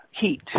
heat